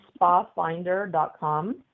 spafinder.com